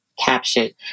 captured